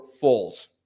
false